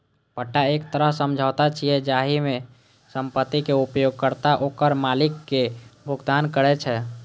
पट्टा एक तरह समझौता छियै, जाहि मे संपत्तिक उपयोगकर्ता ओकर मालिक कें भुगतान करै छै